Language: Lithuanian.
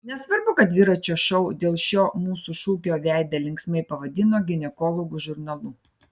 nesvarbu kad dviračio šou dėl šio mūsų šūkio veidą linksmai pavadino ginekologų žurnalu